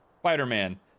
Spider-Man